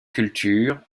cultures